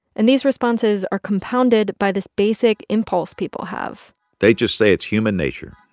and these responses are compounded by this basic impulse people have they just say it's human nature.